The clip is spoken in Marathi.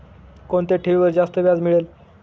कोणत्या ठेवीवर जास्त व्याज मिळेल?